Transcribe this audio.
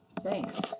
Thanks